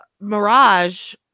Mirage